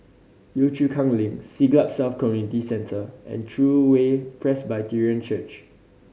Yio Chu Kang Link Siglap South Community Centre and True Way Presbyterian Church